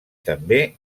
també